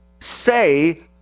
Say